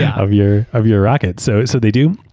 yeah of your of your rocket. so, so they do.